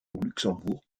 luxembourg